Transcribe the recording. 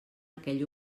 aquell